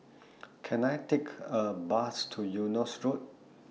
Can I Take A Bus to Eunos Road